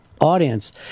audience